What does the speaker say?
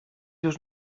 już